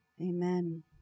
Amen